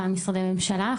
פעם משרדי ממשלה.